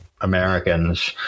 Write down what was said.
Americans